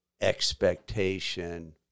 expectation